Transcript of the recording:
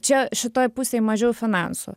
čia šitoj pusėj mažiau finansų